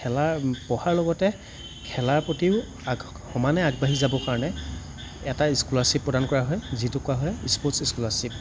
খেলাৰ পঢ়াৰ লগতে খেলাৰ প্ৰতিও সমানে আগবাঢ়ি যাবৰ কাৰণে এটা স্কলাৰশ্ৱিপ প্ৰদান কৰা হয় যিটোক কোৱা হয় স্পৰ্টচ স্কলাৰশ্ৱিপ